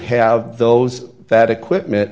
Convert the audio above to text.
have those that equipment